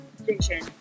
vision